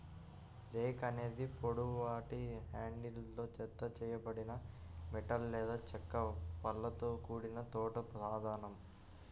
rake అనేది పొడవాటి హ్యాండిల్తో జతచేయబడిన మెటల్ లేదా చెక్క పళ్ళతో కూడిన తోట సాధనం